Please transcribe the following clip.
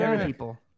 People